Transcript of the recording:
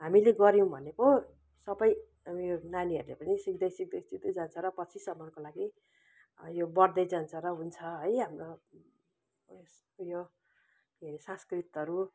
हामीले गऱ्यौँ भने पो सबै अब यो नानीहरूले पनि सिक्दै सिक्दै सिक्दै सिक्दै जान्छ र पछिसम्मको लागि यो बढ्दै जान्छ र हुन्छ है हाम्रो उयो के अरे सांस्कृतिहरू